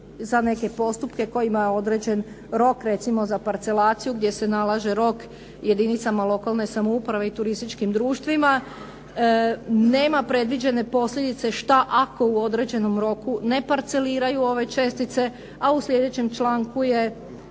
za neke postupke kojima je određen rok, recimo za parcelaciju gdje se nalaže rok jedinicama lokalne samouprave i turističkim društvima. Nema predviđene posljedice što ako u određenom roku ne parceliraju ove čestice, a u sljedećem članku je